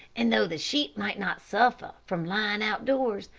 and though the sheep might not suffer from lying out-doors,